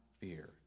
fear